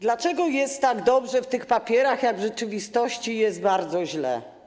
Dlaczego jest tak dobrze w tych papierach, jak w rzeczywistości jest bardzo źle?